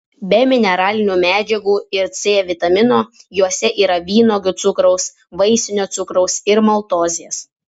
be mineralinių medžiagų ir c vitamino juose yra vynuogių cukraus vaisinio cukraus ir maltozės